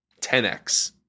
10x